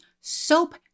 soap